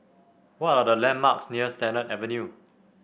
what are the landmarks near Sennett Avenue